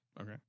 Okay